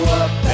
up